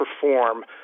perform